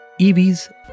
EVs